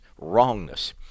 wrongness